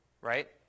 right